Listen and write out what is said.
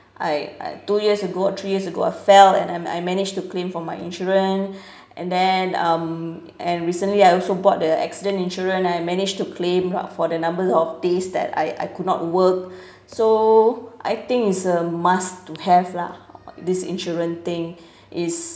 I I two years ago or three years ago I fell and I I managed to claim from my insurance and then um and recently I also bought the accident insurance I managed to claim for the number of days that I I could not work so I think is a must to have lah this insurance thing is